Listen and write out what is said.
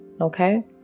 Okay